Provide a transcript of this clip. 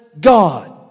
God